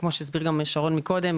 כמו שהסביר שרון קודם,